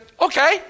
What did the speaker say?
okay